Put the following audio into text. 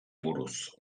buruz